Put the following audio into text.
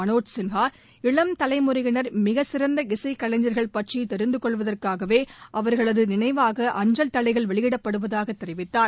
மனோஜ் சின்ஹா இளம் தலைமுறையினர் மிகச் சிறந்த இசைக் கலைஞர்கள் பற்றி தெரிந்து கொள்வதற்காகவே அவர்களது நினைவாக அஞ்சல் தலைகள் வெளியிடப்படுவதாக தெரிவித்தார்